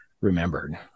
remembered